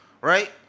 right